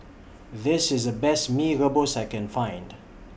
This IS The Best Mee Rebus that I Can Find